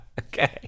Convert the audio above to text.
Okay